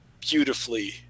beautifully